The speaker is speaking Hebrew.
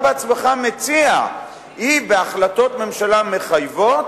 עצמך מציע הוא בהחלטות ממשלה מחייבות,